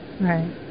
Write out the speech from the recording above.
Right